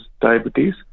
diabetes